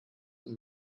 und